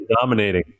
dominating